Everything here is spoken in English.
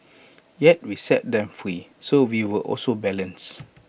yet we set them free so we were also balance